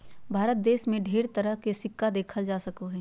भारत देश मे ढेर तरह के सिक्का देखल जा सको हय